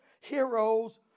heroes